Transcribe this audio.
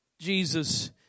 Jesus